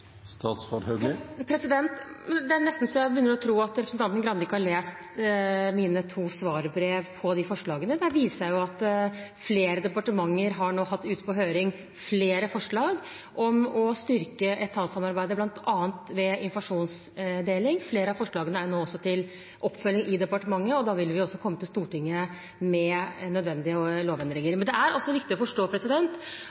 Det er nesten så jeg begynner å tro at representanten Grande ikke har lest mine to svarbrev om de forslagene. Der viser jeg til at flere departementer har hatt ute på høring flere forslag om å styrke etatssamarbeidet, bl.a. ved informasjonsdeling. Flere av forslagene er nå til oppfølging i departementet, og vi vil komme til Stortinget med nødvendige lovendringer.